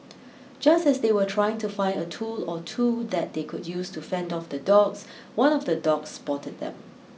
just as they were trying to find a tool or two that they could use to fend off the dogs one of the dogs spotted them